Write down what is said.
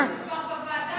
אבל, בוועדה.